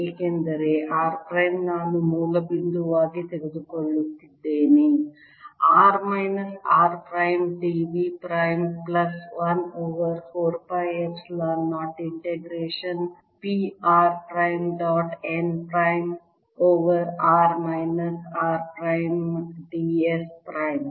ಏಕೆಂದರೆ r prime ನಾನು ಮೂಲ ಬಿಂದುವಾಗಿ ತೆಗೆದುಕೊಳ್ಳುತ್ತಿದ್ದೇನೆ r minus r prime d v prime plus 1 over 4 pi epsilon 0 integration P r prime dot n prime over r minus r prime d s prime